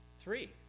Three